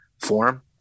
form